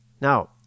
Now